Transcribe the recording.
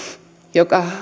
joka